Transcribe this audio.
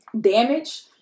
damage